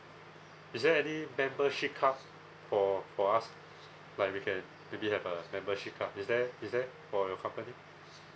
is there any membership card for for us like we can maybe have a membership card is there is there for your company